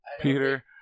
Peter